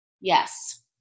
Yes